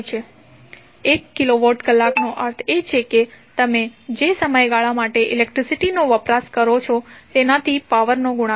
1 kilowatt કલાકનો અર્થ એ છે કે તમે જે સમયગાળા માટે ઇલેક્ટ્રિસીટીનો વપરાશ કરો છો તેનાથી પાવર નો ગુણાકાર